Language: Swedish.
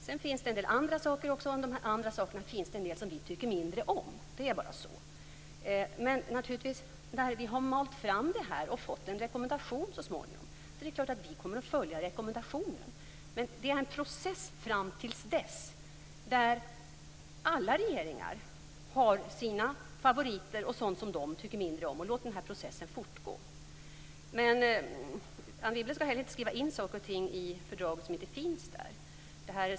Sedan finns det en del andra saker, och bland dem finns det vissa som vi tycker mindre om. Det är bara så. Vi har malt fram det här och får så småningom en rekommendation, och det är klart att vi kommer att följa rekommendationen. Men det är en process fram till dess där alla regeringar har sina favoriter och sådant de tycker mindre om. Låt den här processen fortgå! Anne Wibble skall inte heller skriva in saker och ting i fördraget som inte finns där.